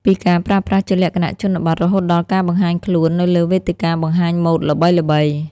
ពីការប្រើប្រាស់ជាលក្ខណៈជនបទ រហូតដល់ការបង្ហាញខ្លួននៅលើវេទិកាបង្ហាញម៉ូដល្បីៗ។